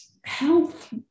health